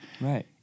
Right